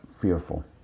fearful